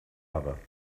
other